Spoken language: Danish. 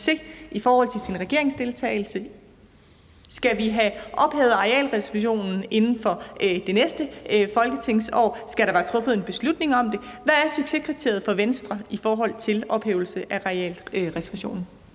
i forhold til sin regeringsdeltagelse? Skal vi have ophævet arealreservationen inden for det næste folketingsår, eller skal der være truffet en beslutning om det? Hvad er succeskriteriet for Venstre i forhold til ophævelse af arealreservationen?